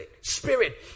spirit